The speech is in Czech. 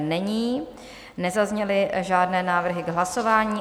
Není, nezazněly žádné návrhy k hlasování.